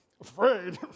afraid